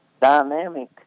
dynamic